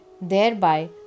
thereby